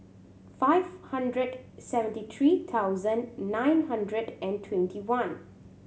five hundred seventy three thousand nine hundred and twenty one